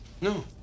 No